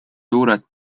suured